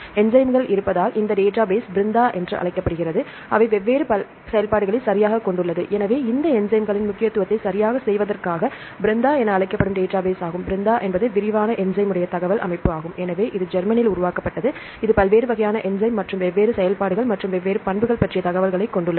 என்சைம்கள் இருப்பதால் இந்த டேட்டாபேஸ் பிரெந்தா என்று அழைக்கப்படுகிறது மற்றும் வெவ்வேறு செயல்பாடுகள் மற்றும் வெவ்வேறு பண்புகள் பற்றிய தகவல்களைக் கொண்டுள்ளது